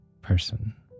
person